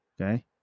okay